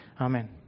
amen